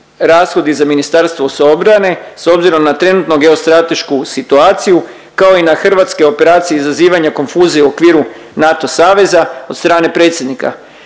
rashodi za Ministarstvo obrane s obzirom na trenutno geostratešku situaciju kako i na hrvatske operacije izazivanja konfuzija u okviru NATO saveza od strane predsjednika,